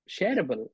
shareable